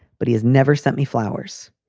but he has never sent me flowers.